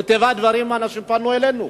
מטבע הדברים, אנשים פנו אלינו.